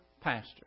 pastor